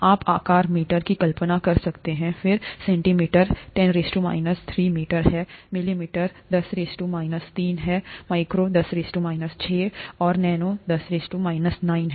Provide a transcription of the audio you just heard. आप आकार मीटर की कल्पना कर सकते हैं फिर सेंटीमीटर 10 2 मीटर है मिलीमीटर 10 3 है माइक्रो 10 6 है नैनो 10 9 है